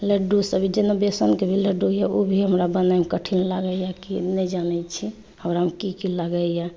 लड्डू सब जेना बेसन के लड्डू यऽ ओभी हमरा बनै मे कठिन लगैया की नहि जानै छी ओकरा मे की की लगैया